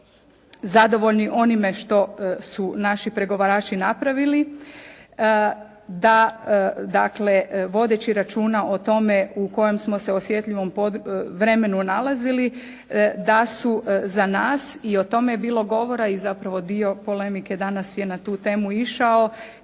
zadovoljni onime što su naši pregovarači napravili da vodeći računa o tome u kojem smo se osjetljivom vremenu nalazili da su za nas, i o tome je bilo govora i zapravo dio polemike danas je na tu temu išao